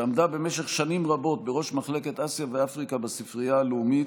ועמדה במשך שנים רבות בראש מחלקת אסיה ואפריקה בספרייה הלאומית,